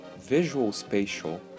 visual-spatial